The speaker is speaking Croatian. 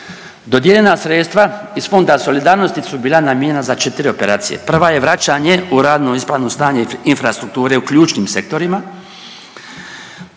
Dodijeljena sredstva iz Fonda solidarnosti su bila namijenjena za četiri operacije. Prva je vraćanje u radno ispravno stanje infrastrukture u ključnim sektorima,